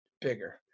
bigger